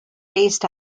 based